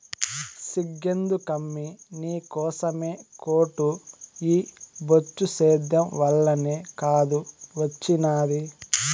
సిగ్గెందుకమ్మీ నీకోసమే కోటు ఈ బొచ్చు సేద్యం వల్లనే కాదూ ఒచ్చినాది